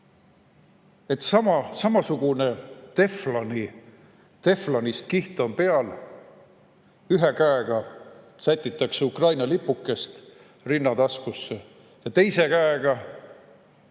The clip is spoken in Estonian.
Samasugune teflonist kiht on peal. Ühe käega sätitakse Ukraina lipukest rinnataskusse ja teise käega Krimmi